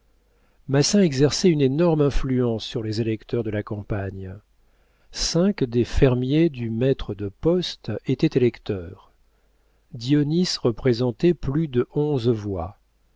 massin exerçait une énorme influence sur les électeurs de la campagne cinq des fermiers du maître de poste étaient électeurs dionis représentait plus de onze voix